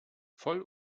voll